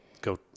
go